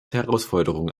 herausforderung